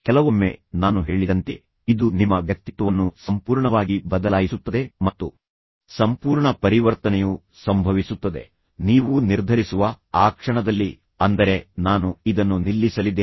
ಕೆಲವೊಮ್ಮೆ ನಾನು ಹೇಳಿದಂತೆ ಇದು ನಿಮ್ಮ ವ್ಯಕ್ತಿತ್ವವನ್ನು ಸಂಪೂರ್ಣವಾಗಿ ಬದಲಾಯಿಸುತ್ತದೆ ಮತ್ತು ಸಂಪೂರ್ಣ ಪರಿವರ್ತನೆಯು ಸಂಭವಿಸುತ್ತದೆ ನೀವು ನಿರ್ಧರಿಸುವ ಆ ಕ್ಷಣದಲ್ಲಿ ಅಂದರೆ ನಾನು ಇದನ್ನು ನಿಲ್ಲಿಸಲಿದ್ದೇನೆ